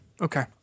Okay